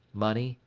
money,